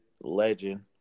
legend